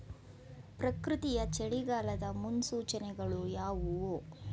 ಪ್ರಕೃತಿಯ ಚಳಿಗಾಲದ ಮುನ್ಸೂಚನೆಗಳು ಯಾವುವು?